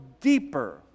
deeper